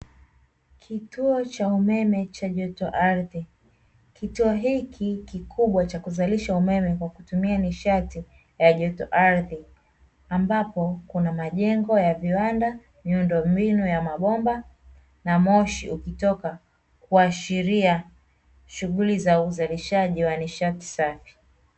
Kituo cha umeme cha joto ardhi. Kituo hiki kikubwa cha kuzalisha umeme kwa kutumia nishati ya joto ardhi. Ambapo kuna majengo ya viwanda, miundombinu ya mabomba na moshi ukitoka; kuashiria shughuli za uzalishaji wa nishati safi.